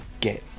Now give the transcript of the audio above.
get